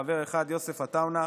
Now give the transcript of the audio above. חבר אחד: יוסף עטאונה.